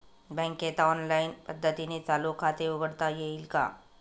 बँकेत ऑनलाईन पद्धतीने चालू खाते उघडता येईल का?